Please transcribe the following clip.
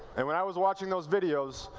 and when i was watching those videos,